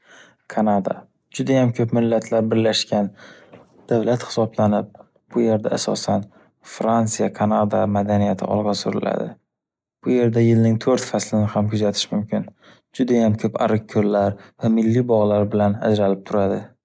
Kanada judayam ko’p millatlar birlashgan davlat hisoblanib. Bu yerda asosan Fransiya, Kanada madaniyati olg’a suriladi. Bu yerda yilning to’rt faslini ham kuzatish mumkin. Judayam ko’p ariq-ko’llar va milliy bog’lar bilan ajralib turadi.